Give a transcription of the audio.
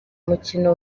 umukino